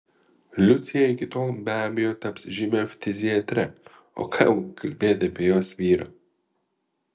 liucija iki tol be abejo taps žymia ftiziatre o ką jau kalbėti apie jos vyrą